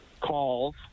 calls